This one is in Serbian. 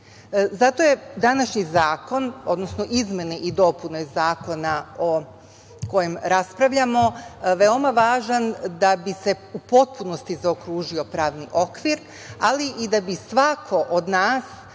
je današnji Zakon, odnosno izmene i dopune Zakona o kojem raspravljamo veoma važan da bi se u potpunosti zaokružio pravni okvir, ali i da bi svako od nas